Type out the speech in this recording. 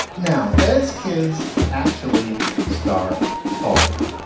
now, as kids actually start talking,